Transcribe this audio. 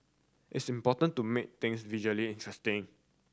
it's important to make things visually interesting